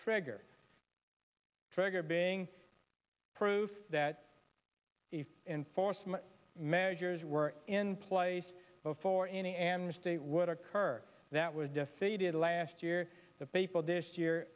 trigger trigger being proof that if enforcement measures were in place before any amnesty would occur that was defeated last year the people this year